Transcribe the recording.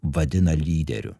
vadina lyderiu